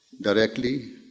directly